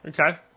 okay